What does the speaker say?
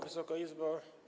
Wysoka Izbo!